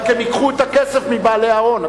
רק הם ייקחו את הכסף מבעלי ההון,